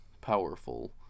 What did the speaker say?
powerful